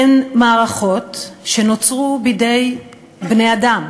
הן מערכות שנוצרו בידי בני-אדם,